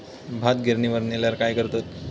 भात गिर्निवर नेल्यार काय करतत?